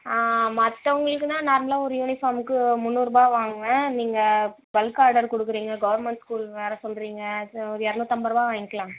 ஆ மற்றவங்களுக்குனா நார்மலாக ஒரு யூனிஃபார்முக்கு முந்நூறுபா வாங்குவேன் நீங்கள் பல்க்காக ஆடர் கொடுக்குறீங்க கவர்மெண்ட் ஸ்கூலுன்னு வேறு சொல்கிறீங்க ஸோ ஒரு இறநூத்தம்பது ரூவா வாங்கிக்கலாம்